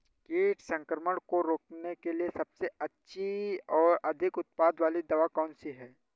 कीट संक्रमण को रोकने के लिए सबसे अच्छी और अधिक उत्पाद वाली दवा कौन सी है?